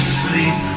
sleep